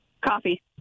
Coffee